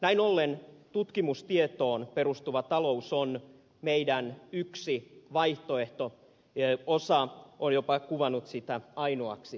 näin ollen tutkimustietoon perustuva talous on meidän yksi vaihtoehtomme osa on jopa kuvannut sitä ainoaksi vaihtoehdoksi